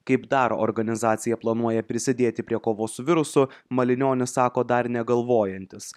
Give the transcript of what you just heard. kaip dar organizacija planuoja prisidėti prie kovos su virusu malinionis sako dar negalvojantis